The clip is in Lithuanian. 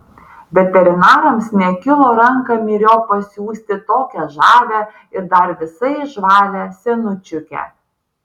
veterinarams nekilo ranką myriop pasiųsti tokią žavią ir dar visai žvalią senučiukę